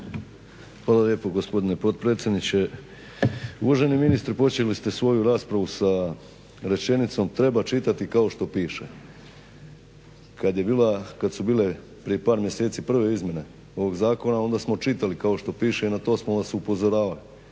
Hvala lijepo gospodine potpredsjedniče. Uvaženi ministre počeli ste svoju raspravu sa rečenicom "Treba čitati kao što piše." Kad su bile prije par mjeseci prve izmjene ovog zakona onda smo čitali kao što piše i na to smo vas upozoravali,